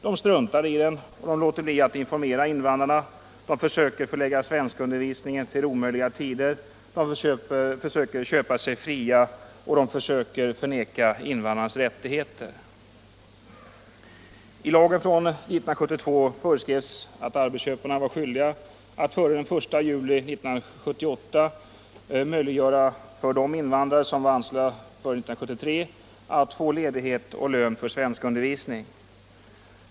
De struntar i den, de låter bli att informera invandrarna, de försöker förlägga svenskundervisningen till omöjliga tider, de försöker köpa sig fria och de söker förvägra invandrarna deras rättigheter. I lagen från 1972 föreskrevs att arbetsköparna var skyldiga att före den 1 juli 1978 möjliggöra för de invandrare som varit anställda före 1973 att få ledighet och lön för svenskundervisning.